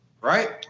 Right